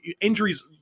injuries –